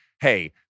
hey